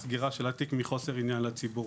סגירה של התיק מחוסר עניין לציבור.